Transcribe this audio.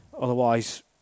otherwise